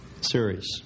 series